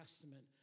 Testament